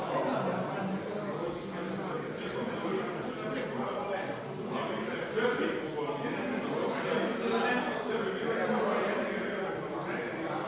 Hvala vam